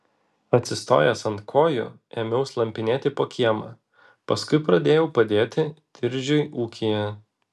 atsistojęs ant kojų ėmiau slampinėti po kiemą paskui pradėjau padėti diržiui ūkyje